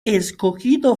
escogido